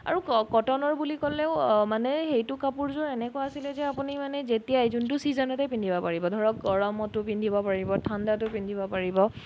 আৰু কটনৰ বুলি ক'লেও মানে সেইটো কাপোৰযোৰ এনেকুৱা আছিলে যে আপুনি মানে যেতিয়াই যোনটো ছিজ'নতে পিন্ধিব পাৰিব ধৰক গৰমতো পিন্ধিব পাৰিব ঠাণ্ডাতো পিন্ধিব পাৰিব